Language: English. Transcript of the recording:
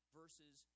versus